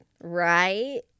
right